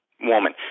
woman